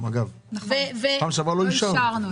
בפעם שעברה לא אישרנו.